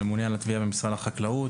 הממונה על התביעה במשרד החקלאות.